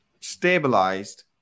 stabilized